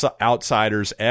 Outsiders